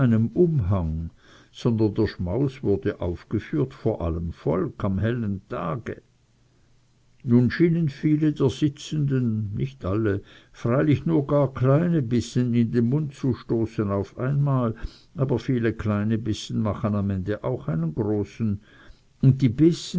umhang sondern der schmaus wurde aufgeführt vor allem volk an hellem tage nun schienen viele der sitzenden nicht alle freilich nur gar kleine bissen in den mund zu stoßen auf einmal aber viele kleine bissen machen am ende auch einen großen und die